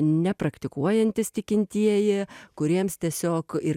nepraktikuojantys tikintieji kuriems tiesiog ir